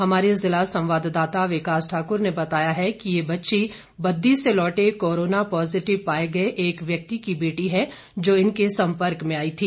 हमारे जिला संवाददाता विकास ठाक्र ने बताया है कि ये बच्ची बद्दी से लौटे कोरोना पॉजिटिव पाए गए एक व्यक्ति की बेटी है जो इनके सम्पर्क में आई थी